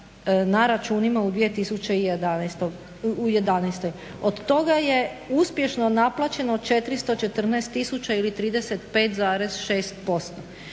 na računima u 2011. Od toga je uspješno naplaćeno 414 000 ili 35,6%